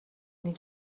нэг